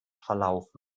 verlaufen